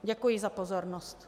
Děkuji za pozornost.